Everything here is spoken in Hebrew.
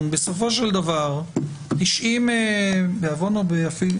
לתוספת הראשונה, שהוא מנוי בסעיף 11(ו).